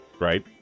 right